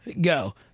go